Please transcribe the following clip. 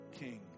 king